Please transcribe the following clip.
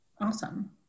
Awesome